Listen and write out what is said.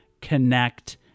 connect